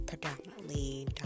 predominantly